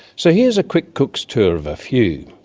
so here's a quick cook's tour of a few.